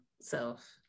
self